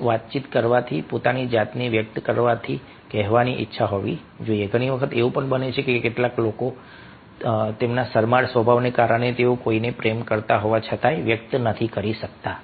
વાતચીત કરવાની પોતાની જાતને વ્યક્ત કરવાની કહેવાની ઈચ્છા હોવી જોઈએ ઘણી વખત એવું પણ બને છે કે કેટલાક લોકો તેમના શરમાળ સ્વભાવને કારણે તેઓ કોઈને પ્રેમ કરતા હોવા છતાં વ્યક્ત નથી કરી શકતા